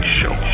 show